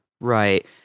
right